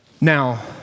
Now